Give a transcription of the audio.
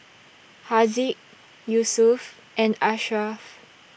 Haziq Yusuf and Ashraff